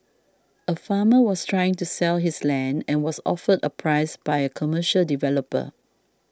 a farmer was trying to sell his land and was offered a price by a commercial developer